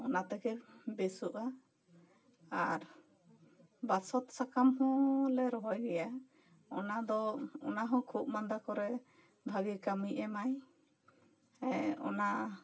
ᱚᱱᱟ ᱛᱮᱜᱮ ᱵᱮᱥᱚᱜᱼᱟ ᱟᱨ ᱵᱟᱥᱚᱛ ᱥᱟᱠᱟᱢ ᱦᱚᱸᱻᱞᱮ ᱨᱚᱦᱚᱭ ᱜᱮᱭᱟ ᱚᱱᱟ ᱫᱚ ᱚᱱᱟ ᱦᱚᱸ ᱠᱷᱳᱜ ᱢᱟᱸᱫᱟ ᱠᱚᱨᱮ ᱵᱷᱟᱹᱜᱤ ᱠᱟᱹᱢᱤ ᱮᱢᱟᱭ ᱚᱱᱟ